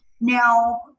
Now